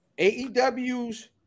AEW's